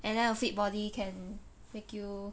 and then a fit body can make you